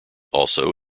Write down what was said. also